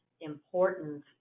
important